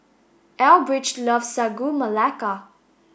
Elbridge loves Sagu Melaka